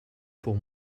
pour